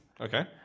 Okay